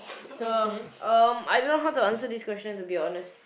so um I don't know how to answer this question to be honest